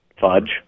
fudge